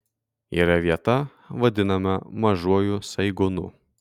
yra vieta vadinama mažuoju saigonu